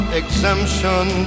exemption